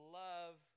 love